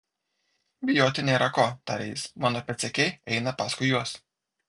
bijoti nėra ko tarė jis mano pėdsekiai eina paskui juos